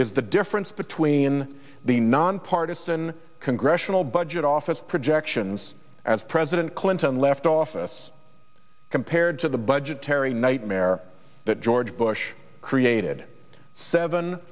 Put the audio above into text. is the difference between the nonpartisan congressional budget office projections as president clinton left office compared to the budgetary nightmare that george bush created seven